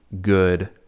good